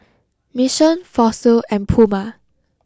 mission fossil and puma